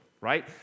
right